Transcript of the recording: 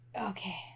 Okay